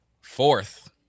Fourth